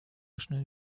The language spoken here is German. schnell